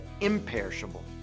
imperishable